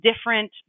different